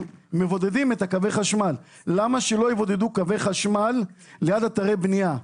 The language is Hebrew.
מבודדים שם את קווי החשמל למה שלא יבודדו קווי חשמל ליד אתרי בנייה?